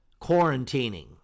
quarantining